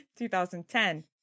2010